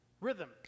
Rhythm